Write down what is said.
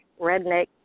redneck